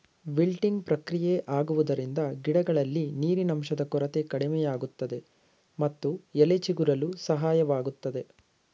wilting ಪ್ರಕ್ರಿಯೆ ಆಗುವುದರಿಂದ ಗಿಡಗಳಲ್ಲಿ ನೀರಿನಂಶದ ಕೊರತೆ ಕಡಿಮೆಯಾಗುತ್ತದೆ ಮತ್ತು ಎಲೆ ಚಿಗುರಲು ಸಹಾಯವಾಗುತ್ತದೆ